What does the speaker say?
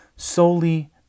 solely